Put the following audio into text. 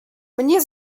mnie